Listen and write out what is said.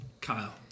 Kyle